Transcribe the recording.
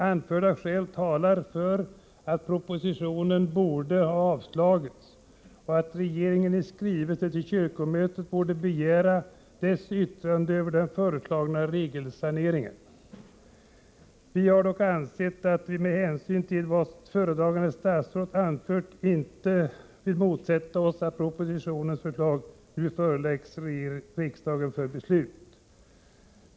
Anförda skäl talar för att propositionen borde avslås, och att regeringen i skrivelse till kyrkomötet borde begära dess yttrande över den föreslagna regelsaneringen. Vi har dock ansett att vi, med hänsyn till vad föredragande statsrådet anfört, inte bör motsätta oss att propositionens förslag nu föreläggs riksdagen för beslut.